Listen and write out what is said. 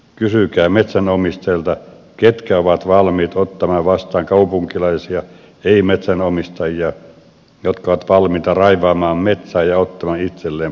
kysykää metsänomistajilta ketkä ovat valmiit ottamaan vastaan kaupunkilaisia ei metsänomistajia jotka ovat valmiita raivaamaan metsää ja ottamaan itselleen polttopuuta